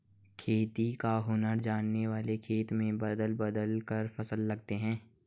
खेती का हुनर जानने वाले खेत में बदल बदल कर फसल लगाते हैं